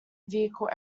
vehicle